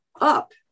up